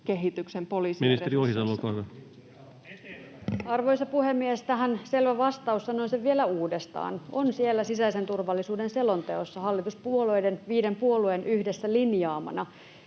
Ohisalo, olkaa hyvä. Arvoisa puhemies! Tähän selvä vastaus — sanon sen vielä uudestaan — on siellä sisäisen turvallisuuden selonteossa hallituspuolueiden, viiden puolueen, yhdessä linjaamana.